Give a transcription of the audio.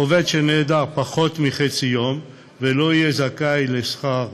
עובד שנעדר פחות מחצי יום לא יהיה זכאי לשכר